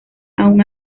aun